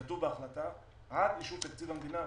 כתוב בהחלטה: עד אישור תקציב המדינה.